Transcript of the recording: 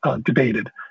debated